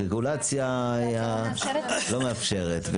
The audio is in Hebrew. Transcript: אבל רגולציה לא מאפשרת.